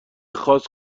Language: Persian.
خاص